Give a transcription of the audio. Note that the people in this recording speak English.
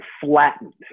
flattened